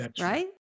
right